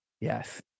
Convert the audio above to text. Yes